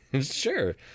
Sure